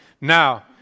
Now